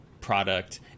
product